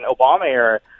Obama-era